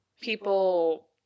people